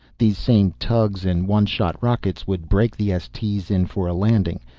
these same tugs and one-shot rockets would brake the s. t s in for a landing.